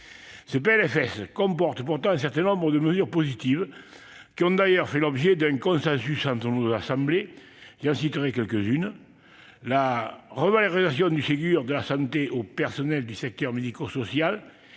Ce PLFSS comporte pourtant un certain nombre de mesures positives, qui ont d'ailleurs fait l'objet d'un consensus entre nos deux assemblées. Je pense, par exemple, à l'extension des revalorisations du Ségur de la santé aux personnels du secteur médico-social,